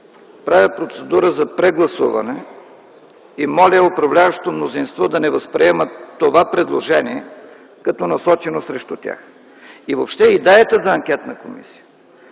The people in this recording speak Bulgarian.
Правя процедура за прегласуване и моля управляващото мнозинство да не възприема това предложение като насочено срещу тях. И въобще идеята за анкетна комисия